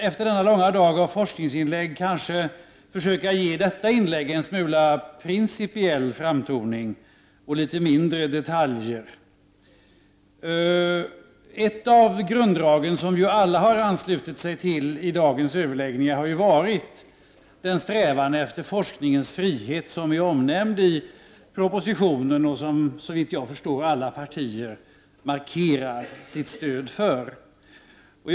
Efter denna långa dag av forskningsinlägg hade jag tänkt försöka ge detta inlägg en smula principiell framtoning och ta upp litet mindre detaljer. Ett av grunddragen som alla har anslutit sig till i dagens överläggningar är den strävan efter forskningens frihet som är omnämnd i propositionen. Såvitt jag förstår har alla partier markerat sitt stöd för detta.